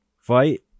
fight